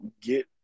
get